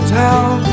town